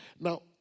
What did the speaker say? Now